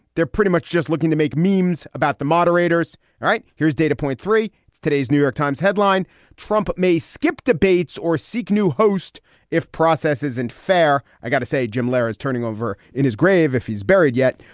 they're pretty much just looking to make meemaw's about the moderators. all right. here's data point three. it's today's new york times headline trump may skip debates or seek new host if process isn't fair. i've got to say, jim lehrer is turning over in his grave if he's buried yet.